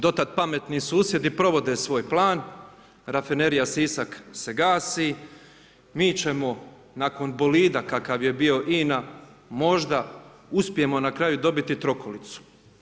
Dotada pametni susjedi provode svoj plan, rafinerija Sisak se gasi mi ćemo nakon bolida kakav je bio INA možda uspijemo na kraju dobiti trokolicu.